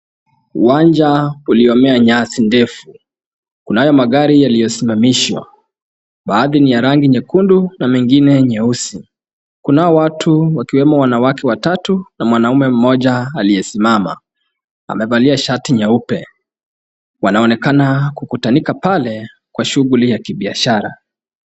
Uwanja uliomea nyasi ndefu. Kunayo magari yaliyosimamishwa. Baadhi ni ya rangi nyekundu na vingine nyeusi. Kunao watu wakiwemo wanawake watatu na mwanamme mmoja aliyesimama. Amevalia shati nyeupe. Wanaonekana kukusanyika pale kwa shughuli ya kibiashara.